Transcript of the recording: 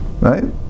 Right